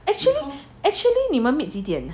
actually actually 你们 meet 几点